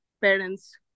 parents